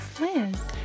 Liz